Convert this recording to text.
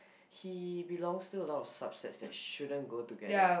he belongs to a lot of subset that shouldn't go together